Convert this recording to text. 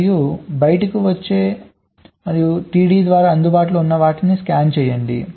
మరియు బయటకు వచ్చే మరియు TDO ద్వారా అందుబాటులో ఉన్న వాటిని స్కాన్ చేయండి